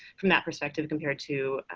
from that perspective compared to